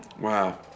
Wow